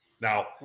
Now